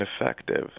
ineffective